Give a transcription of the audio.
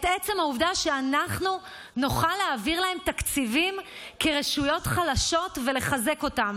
מעצם העובדה שאנחנו נוכל להעביר להם תקציבים כרשויות חלשות ולחזק אותן.